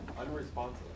Unresponsive